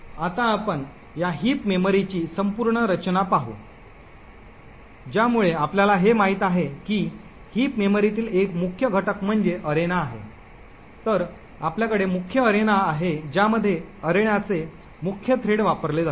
आता आपण या हिप मेमरीची संपूर्ण रचना पाहू या ज्यामुळे आपल्याला हे माहित आहे की हिप मेमरीतील एक मुख्य घटक म्हणजे अरेना आहे तर आपल्याकडे मुख्य अरेना आहे ज्यामध्ये अरेनाचे मुख्य थ्रेड वापरले जाते